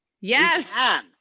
Yes